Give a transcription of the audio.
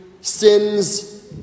sins